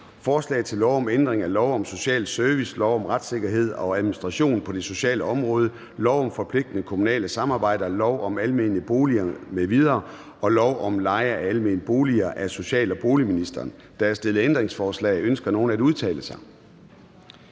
Forslag til lov om ændring af lov om social service, lov om retssikkerhed og administration på det sociale område, lov om forpligtende kommunale samarbejder, lov om almene boliger m.v. og lov om leje af almene boliger. (Omlægning af indsatsen mod hjemløshed, udvidelse